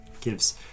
gives